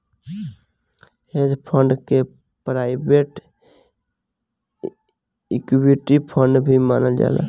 hedge fund के private equity fund भी मानल जाला